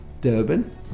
Durban